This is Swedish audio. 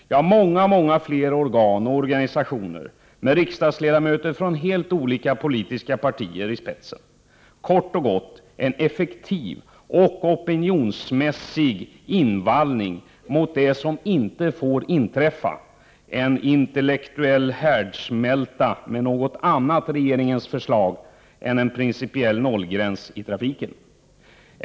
Det finns många många fler organ och organisationer med riksdagsledamöter från helt olika politiska partier i spetsen. Kort och gott — en effektiv opinionsmässig invallning mot det som inte får inträffa — en intellektuell härdsmälta med något annat regeringens förslag än en principiell nollgräns i trafiken.